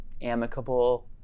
amicable